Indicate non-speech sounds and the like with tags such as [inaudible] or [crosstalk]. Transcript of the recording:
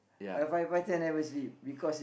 ya [noise]